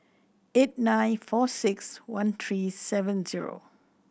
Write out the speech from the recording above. eight nine four six one three seven zero